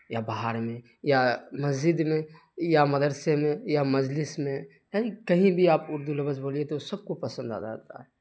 یا باہر میں یا مسجد میں یا مدرسے میں یا مجلس میں یعنی کہیں بھی آپ اردو لفظ بولیے تو سب کو پسند آتا ہے